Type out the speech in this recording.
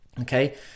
okay